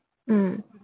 mm